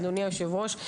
אדוני היושב-ראש,